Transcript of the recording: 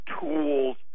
tools